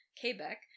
Quebec